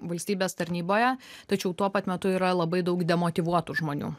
valstybės tarnyboje tačiau tuo pat metu yra labai daug demotyvuotų žmonių